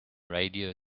radio